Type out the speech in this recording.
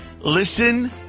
Listen